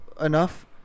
enough